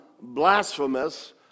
blasphemous